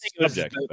subject